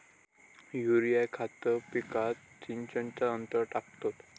urea खत पिकात सिंचनच्या नंतर टाकतात